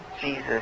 Jesus